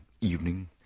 evening